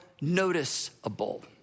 noticeable